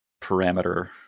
parameter